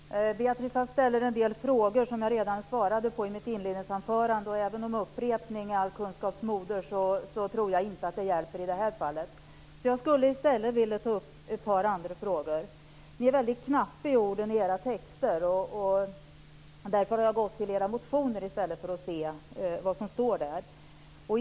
Herr talman! Beatrice Ask ställer en del frågor som jag svarade på redan i mitt inledningsanförande. Även om upprepning är all kunskaps moder tror jag inte att det hjälper i det här fallet. Jag skulle i stället vilja ta upp ett par andra frågor. Ni är väldigt knappa med orden i era texter, och jag har därför i stället för att se vad som står i dessa gått till era motioner.